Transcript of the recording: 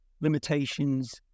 limitations